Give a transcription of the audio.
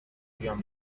بیام